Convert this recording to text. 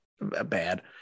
bad